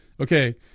okay